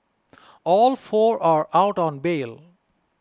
all four are out on bail